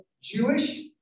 Jewish